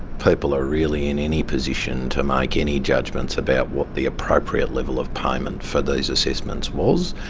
people are really in any position to make any judgments about what the appropriate level of payment for these assessments was.